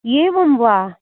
एवं वा